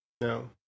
No